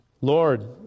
Lord